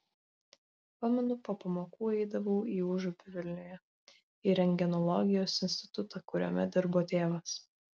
pamenu po pamokų eidavau į užupį vilniuje į rentgenologijos institutą kuriame dirbo tėvas